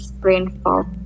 rainfall